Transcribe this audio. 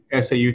SAU